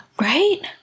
Right